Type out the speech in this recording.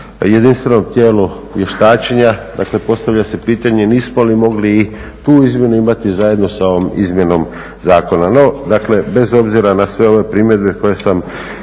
jedinstvenom tijelu vještačenja. Dakle postavlja se pitanje nismo li mogli tu izmjenu zajedno sa ovim izmjenom zakona? No bez obzira na sve ove primjedbe koje sam izrekao